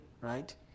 Right